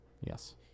yes